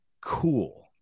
cool